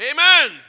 Amen